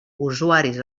usuaris